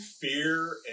fear